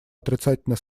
отрицательно